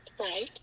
Right